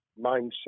mindset